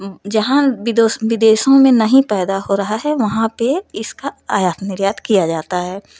जहाँ विदेशों में नहीं पैदा हो रहा है वहाँ पे इसका आयात निर्यात किया जाता है